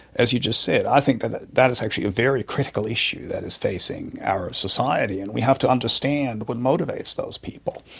as you just said, i think that that is actually a very critical issue that is facing our society and we have to understand what motivates those people.